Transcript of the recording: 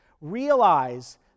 Realize